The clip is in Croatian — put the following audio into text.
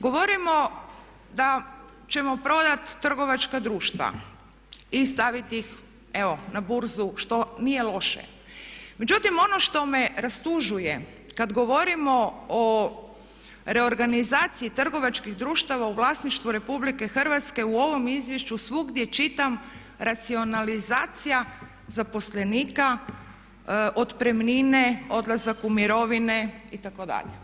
Govorimo da ćemo prodati trgovačka društva i staviti ih evo na burzu što nije loše, međutim ono što me rastužuje kad govorimo o reorganizaciji trgovačkih društava u vlasništvu RH u ovom izvješću svugdje čitam racionalizacija zaposlenika, otpremnine, odlazak u mirovine itd.